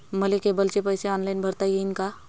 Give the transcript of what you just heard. मले केबलचे पैसे ऑनलाईन भरता येईन का?